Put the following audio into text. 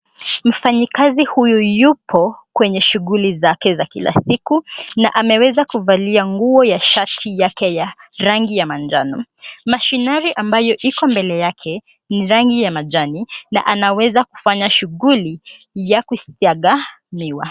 Mfanyikazi huyu typo kwenye shughuli zake za kila siku. Na ameweza kuvalia nguo ya shati yake ya rangi ya manjano. Mashinari ambayo iko mbele yake ni rangi ya majani na anaweza kufanya shuguli ya kusiaga miwa.